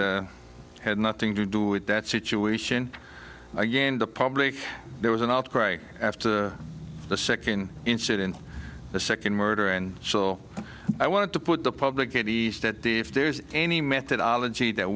game had nothing to do with that situation again the public there was an outcry after the second incident the second murder and so i wanted to put the public good ease that the if there's any methodology that